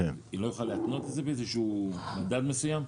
היא לא יכולה להתנות את זה באיזשהו מדד מסוים?